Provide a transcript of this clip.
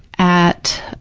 at